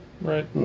Right